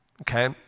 okay